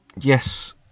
yes